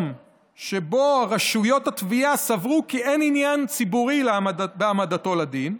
שבו רשויות התביעה סברו כי אין עניין ציבורי בהעמדתו לדין.